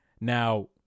now